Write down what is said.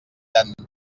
tant